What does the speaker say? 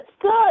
good